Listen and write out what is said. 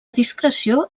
discreció